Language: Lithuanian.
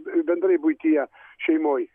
bendrai buityje šeimoj